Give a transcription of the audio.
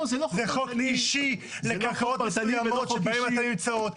זה חוק אישי לקרקעות שבהם אתם נמצאים.